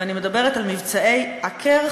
ואני מדבר על מבצעי "עקר,